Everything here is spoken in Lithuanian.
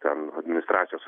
ten administracijos